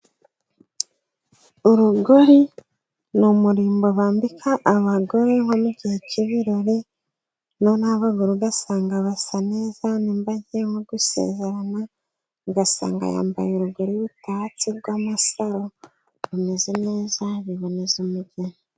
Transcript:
Urugori ni umurimbo bambika abagore, nko mu gihe cy’ibirori. Noneho abagore usanga basa neza. Niba agiye nko gusezerana, usanga yambaye urugori rutatse bw’amasaro, rumeze neza, biboneza umugeni.